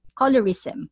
colorism